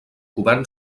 govern